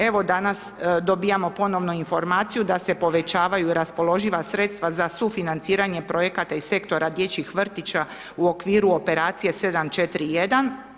Evo, danas dobivamo ponovno informaciju da se povećavaju raspoloživa sredstva za sufinanciranje projekata iz sektora dječjih vrtića u okviru operacije 741.